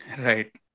Right